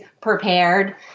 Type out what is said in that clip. prepared